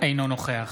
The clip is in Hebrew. אינו נוכח